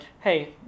hey